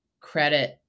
credit